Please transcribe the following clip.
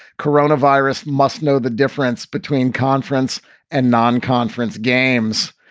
coronavirus must know the difference between conference and non conference games.